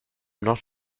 not